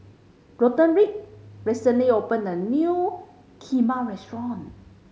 Roderick recently opened a new Kheema restaurant